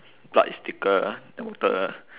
blood is thicker than water